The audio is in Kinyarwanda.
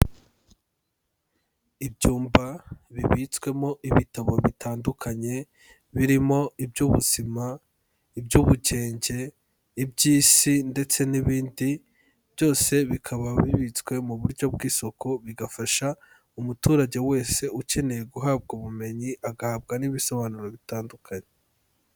Ibyumba bibitswemo ibitabo bitandukanye birimo iby'ubuzima, iby'ubugenge, iby'isi ndetse n'ibindi byose bikaba bibitswe mu buryo bw'isuku bigafasha umuturage wese ukeneye guhabwa ubumenyi, agahabwa n'ibisobanuro bitandukanye.